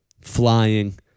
flying